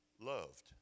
loved